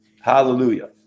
Hallelujah